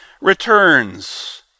returns